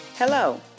Hello